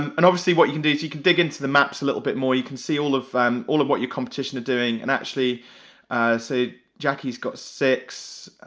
um and obviously, what you can do is you can dig in to the maps a little bit more, you can see all of um all of what your competition are doing and actually so jackie's got six,